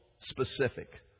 specific